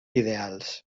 ideals